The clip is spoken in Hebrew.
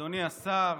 אדוני השר,